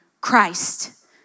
Christ